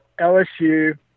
LSU